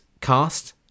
cast